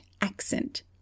accent